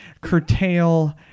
curtail